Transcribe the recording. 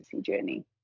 journey